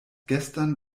gestern